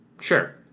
Sure